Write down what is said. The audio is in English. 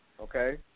Okay